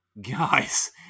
guys